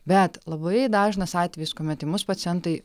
bet labai dažnas atvejis kuomet į mus pacientai